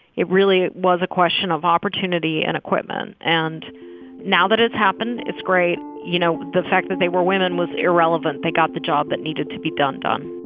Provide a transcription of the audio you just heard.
it really was a question of opportunity and equipment. and now that it's happened, it's great. you know, the fact that they were women was irrelevant. they got the job that needed to be done done